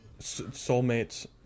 Soulmates